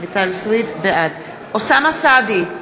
בעד אוסאמה סעדי,